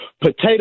potato